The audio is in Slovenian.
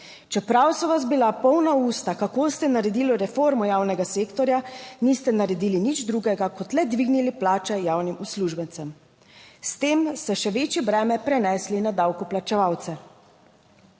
Čeprav so vas bila polna usta, kako ste naredili reformo javnega sektorja, niste naredili nič drugega kot le dvignili plače javnim uslužbencem. S tem ste še večje breme prenesli na davkoplačevalce.